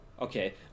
Okay